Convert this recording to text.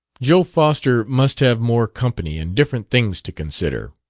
joe foster must have more company and different things to consider.